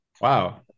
Wow